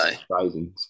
surprising